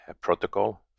protocol